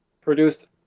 produced